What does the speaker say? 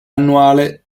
annuale